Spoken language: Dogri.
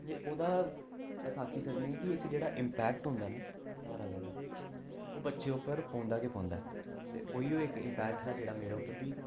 ओह्दा अस आक्खी सकने कि इक जेह्ड़ा इम्पैक्ट होंदा न घरआह्लें दा ओह् बच्चे उप्पर पौंदा गै पौंदा ऐ ते ओह् इयो इक इम्पैक्ट हा जेह्ड़ा मेरे उप्पर बी